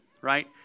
right